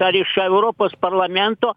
ar iš europos parlamento